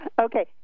Okay